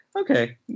okay